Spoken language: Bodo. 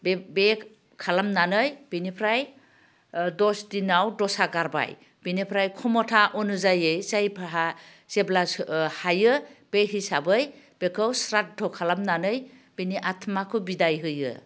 बे खालामनानै बिनिफ्राय दस दिनाव दसा गारबाय बेनिफ्राय खमथा अनु जायो जायफोरहा जेब्ला हायो बे हिसाबै बेखौ स्रादध' खालामनानै बिनि आथमाखौ बिदाय होयो